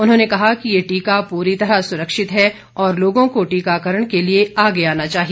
उन्होंने कहा कि ये टीका प्ररी तरह सुरक्षित है और लोगों को टीकाकरण के लिए आगे आना चाहिए